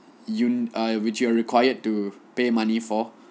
u~ ah which you are required to pay money for